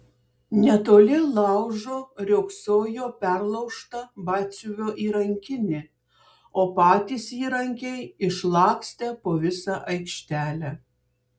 netoli laužo riogsojo perlaužta batsiuvio įrankinė o patys įrankiai išlakstę po visą aikštelę